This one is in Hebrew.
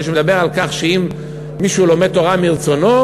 שמדבר על כך שאם מישהו לומד תורה מרצונו,